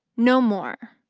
no more.